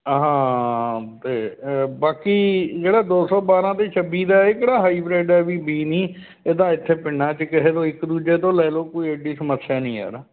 ਹਾਂ ਅਤੇ ਬਾਕੀ ਜਿਹੜਾ ਦੋ ਸੌ ਬਾਰਾਂ ਅਤੇ ਛੱਬੀ ਦਾ ਇਹ ਕਿਹੜਾ ਹਾਈਬ੍ਰੈਡ ਹੈ ਵੀ ਬੀਜ ਨਹੀਂ ਇਹ ਤਾਂ ਇੱਥੇ ਪਿੰਡਾਂ 'ਚ ਕਿਸੇ ਤੋਂ ਇੱਕ ਦੂਜੇ ਤੋਂ ਲੈ ਲਉ ਕੋਈ ਐਡੀ ਸਮੱਸਿਆ ਨਹੀਂ ਯਾਰ